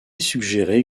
suggéré